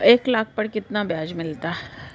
एक लाख पर कितना ब्याज मिलता है?